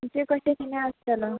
म्हणजे कशें किदें आसतलो